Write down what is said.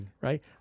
right